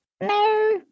no